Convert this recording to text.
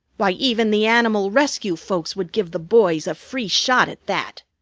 why, even the animal rescue folks would give the boys a free shot at that.